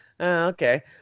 okay